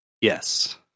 Yes